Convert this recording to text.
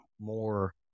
more